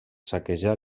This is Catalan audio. saquejar